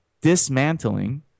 dismantling